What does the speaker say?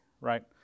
right